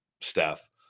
staff